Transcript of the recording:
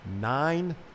nine